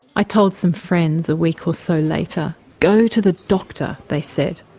i told some friends a week or so later. go to the doctor they said.